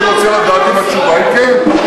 אני רוצה לדעת אם התשובה היא כן.